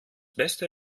beste